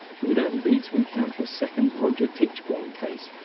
it would only be to encounter a second roger tichborne case,